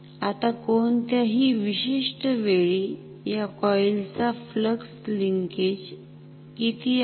आता कोणत्याही विशिष्ट वेळी या कॉईल चा फ्लक्स लिंकेज किती आहे